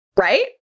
Right